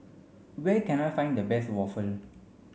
where can I find the best waffle